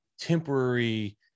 temporary